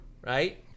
Right